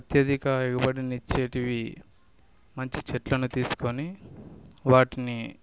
అత్యధిక ఎగుబడిని ఇచ్చేటివి మంచి చెట్లను తీసుకొని వాటిని